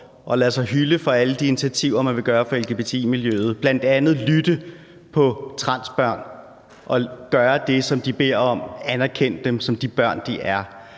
og lader sig hylde for alle de initiativer, man vil tage for lgbti-miljøet, bl.a. lytte til transbørnene og gøre det, som de beder om, anerkende dem som de børn, de er,